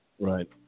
Right